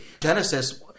Genesis